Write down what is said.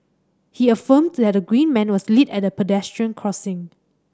he affirmed that the green man was lit at the pedestrian crossing